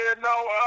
no